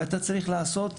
ואתה צריך לעשות פעילות,